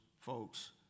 folks